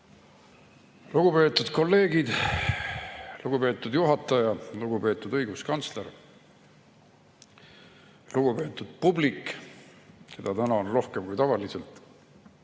Lugupeetud kolleegid! Lugupeetud juhataja! Lugupeetud õiguskantsler! Lugupeetud publik, keda täna on rohkem kui tavaliselt!